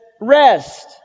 rest